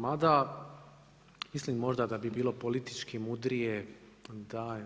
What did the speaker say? Mada, mislim možda da bi bilo politički mudrije da